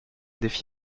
défi